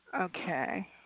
Okay